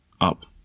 up